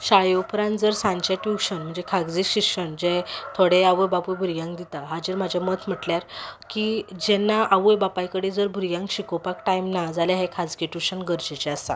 शाळे उपरांत जर सांजचे ट्युशन म्हणजे खागजी शिक्षण जें थोडे आवय बापूय भुरग्यांक दिता हाजेर म्हजें मत म्हटल्यार की जेन्ना आवय बापाय कडेन जर भुरग्यांक शिकोवपाक टायम ना जाल्यार हें खाजगी ट्युशन गरजेचें आसा